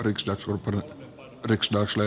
ärade talman